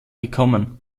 gekommen